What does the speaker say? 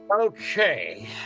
Okay